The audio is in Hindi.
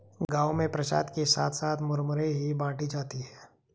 गांव में प्रसाद के साथ साथ मुरमुरे ही बाटी जाती है